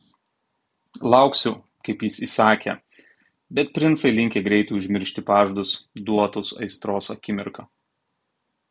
lauksiu kaip jis įsakė bet princai linkę greitai užmiršti pažadus duotus aistros akimirką